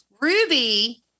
Ruby